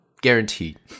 guaranteed